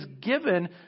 given